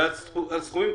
ועל סכומים,